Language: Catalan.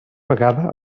vegada